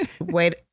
wait